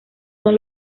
son